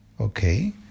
okay